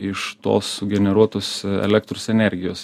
iš tos sugeneruotos elektros energijos